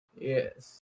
Yes